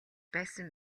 байсан